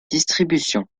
distributions